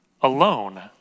alone